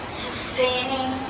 sustaining